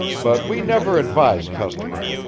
but we never advise customers.